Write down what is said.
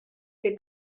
que